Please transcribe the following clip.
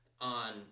On